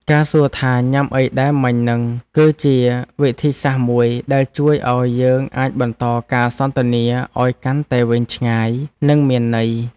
ការសួរថាញ៉ាំអីដែរមិញហ្នឹងគឺជាវិធីសាស្ត្រមួយដែលជួយឱ្យយើងអាចបន្តការសន្ទនាឱ្យកាន់តែវែងឆ្ងាយនិងមានន័យ។